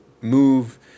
move